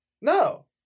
No